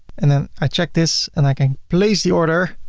and then i check this and i can place the order.